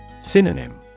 Synonym